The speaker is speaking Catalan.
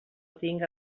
tinga